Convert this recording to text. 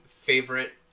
favorite